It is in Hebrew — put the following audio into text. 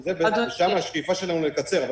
השאיפה שלנו היא לקצר.